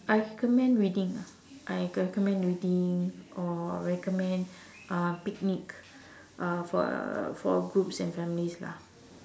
I recommend reading ah I recommend reading or recommend uh picnic uh for uh for uh groups and families lah